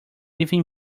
even